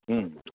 ହୁଁ